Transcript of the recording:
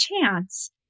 chance